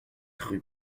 rue